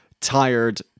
tired